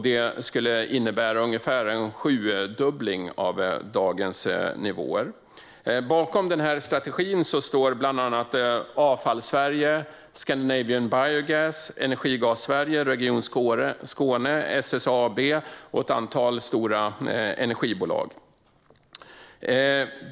Det innebär ungefär en sjudubbling av dagens nivåer. Bakom strategin står bland andra Avfall Sverige, Scandinavian Biogas, Energigas Sverige, Region Skåne, SSAB och ett antal stora energibolag.